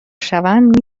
شوند